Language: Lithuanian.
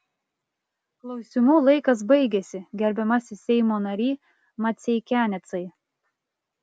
klausimų laikas baigėsi gerbiamasis seimo nary maceikianecai